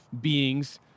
beings